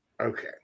okay